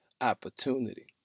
opportunity